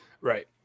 Right